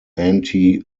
anti